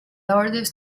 orders